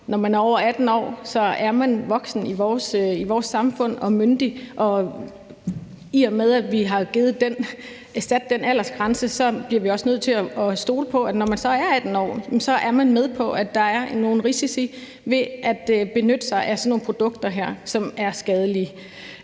Når man er over 18 år, er man i vores samfund voksen og myndig, og i og med at vi har sat den aldersgrænse, bliver vi også nødt til at stole på, at når man så er 18 år, er man med på, at der er nogle risici ved at benytte sig af sådan nogle produkter her, som er skadelige.